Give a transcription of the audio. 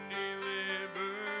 deliver